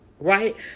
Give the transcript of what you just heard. Right